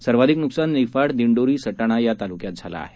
सर्वाधिक नुकसान निफाड दिंडोरी सटाणा या तालुक्यात झालं आहे